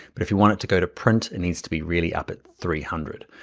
but if you wanted to go to print, it needs to be really up at three hundred,